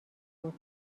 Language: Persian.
بود